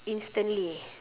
instantly